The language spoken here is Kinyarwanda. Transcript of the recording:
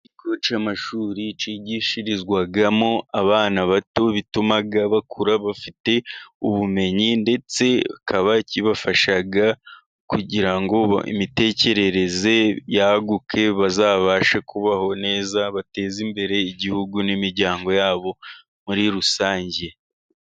Ikigo cy'amashuri cyigishirizwamo abana bato, bituma bakura bafite ubumenyi, ndetse bakaba kibafasha kugira ngo imitekerereze yaguke, bazabashe kubaho neza, bateze imbere igihugu n'imiryango yabo muri rusange.